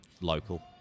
local